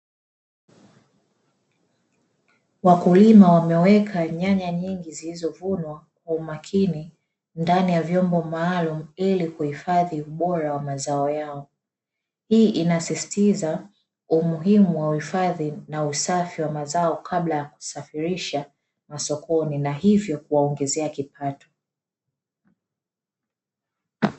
Wakulima wameweka nyanya nyingi walizovunwa Kwa umakini ndani ya vyombo maalumu ilikuhifadhi ubora wa mazao yao. Hii inasisitiza umuhimu na uhifadhi wa mazao kabla ya kusafirishwa masokoni na hivyo kuwaongezea kipato.